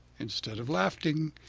instead of laughing,